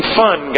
fun